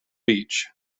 beach